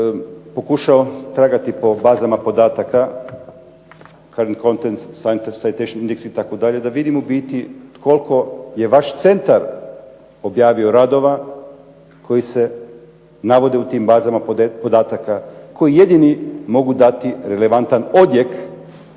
pokušao tragati po bazama podataka …/Govornik se ne razumije./… da vidim u biti koliko je vaš centar objavio radova koji se navode u tim bazama podataka, koji jedini mogu dati relevantan odjek